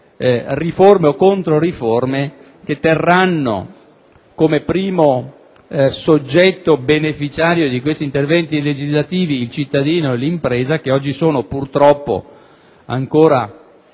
riforme - o delle controriforme - che avranno come primo soggetto beneficiario degli interventi legislativi il cittadino e l'impresa, che oggi sono ancora